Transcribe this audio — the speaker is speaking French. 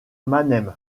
mannheim